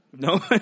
no